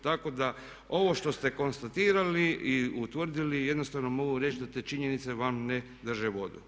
Tako da ovo što ste konstatirali i utvrdili jednostavno mogu reći da te činjenice vam ne drže vodu.